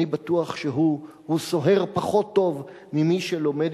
אני בטוח שהוא סוהר פחות טוב ממי שלומד